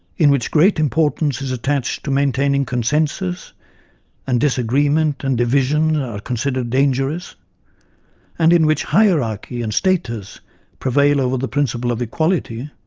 in which great importance is attached to maintaining consensus and disagreement and division are considered dangerous and in which hierarchy and status prevail over the principle of equality,